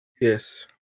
Yes